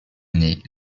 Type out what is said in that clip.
année